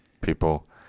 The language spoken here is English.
people